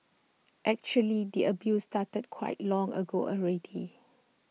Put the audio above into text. actually the abuse started quite long ago already